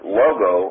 logo